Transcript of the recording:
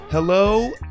Hello